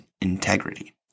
integrity